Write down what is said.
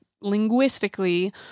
linguistically